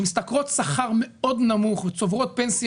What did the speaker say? שמשתכרות שכר מאוד נמוך וצוברות פנסיה